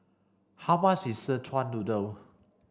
how much is Szechuan noodle